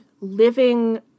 living